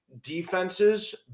defenses